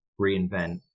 reinvent